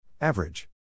Average